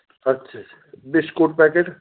अच्छा biscuit packet